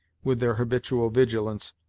with their habitual vigilance,